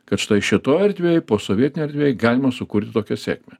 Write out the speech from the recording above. kad štai šitoj erdvėj posovietinėj erdvėj galima sukurti tokią sėkmę